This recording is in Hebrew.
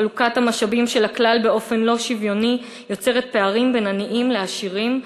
חלוקת המשאבים של הכלל באופן לא שוויוני יוצרת פערים בין עניים לעשירים,